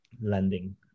lending